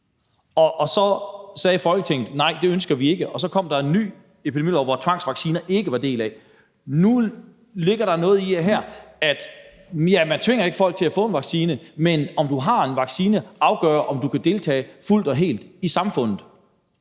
Så sagde Folketinget, at det ønskede man ikke, og så kom der et nyt forslag til en epidemilov, hvor tvangsvaccination ikke var en del. Nu ligger der noget her. Man tvinger jo ikke folk til at få en vaccine, men om du har en vaccine, afgør, om du kan deltage fuldt og helt i samfundet,